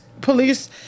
police